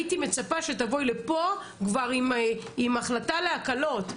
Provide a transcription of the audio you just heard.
הייתי מצפה שכבר תבואי לפה עם החלטה להקלות,